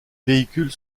véhicules